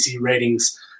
ratings